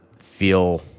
feel